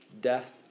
Death